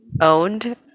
owned